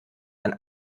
ein